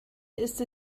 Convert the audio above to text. ist